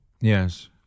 Yes